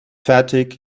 fertig